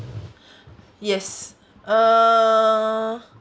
yes uh